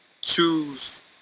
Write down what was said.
choose